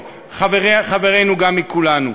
חברינו גם מכולנו.